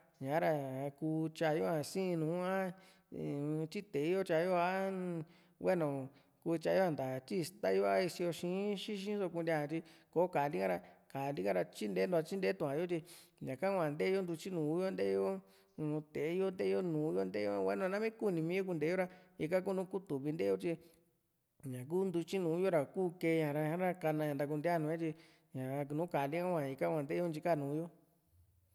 ñaa´ra ku tyayo´a sii nùù a tyi te´e yo tyayo a hueno kuu tya yo´a nta tyi istayo a sío xii xíxí so kuntia a tyi ko ka´a lika ra tyintentua tyintee tu ña yo tyi ñaka hua ntee yo ntutyinuu yo tee yo te´e yo ntee yo hueno namii kuuni mee kunte yo ra ika kunu kutuvi nteeyo tyi ñaku ntutyinuu yo ra iku kee ña ka´na ña ntakuntee ña nuu yo tyi ña nùù ka´ali ka ika hua ntee yo intyi kaa nuu yo